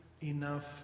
enough